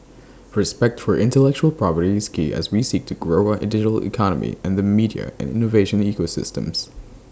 respect for intellectual property is key as we seek to grow our digital economy and the media and innovation ecosystems